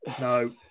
no